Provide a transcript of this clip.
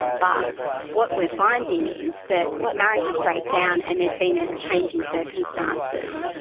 but what we're finding is that marriages break down and there's been a change in circumstances,